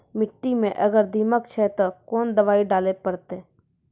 मिट्टी मे अगर दीमक छै ते कोंन दवाई डाले ले परतय?